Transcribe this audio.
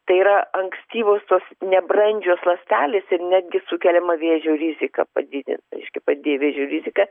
tai yra ankstyvosios nebrandžios ląstelės ir netgi sukeliama vėžio rizika padidin reiškia pati vėžio rizika